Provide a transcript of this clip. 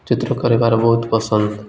ଚିତ୍ର କରିବାର ବହୁତ ପସନ୍ଦ